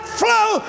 flow